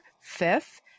fifth